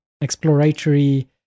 exploratory